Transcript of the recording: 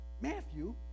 Matthew